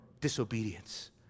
disobedience